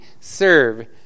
serve